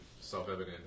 self-evident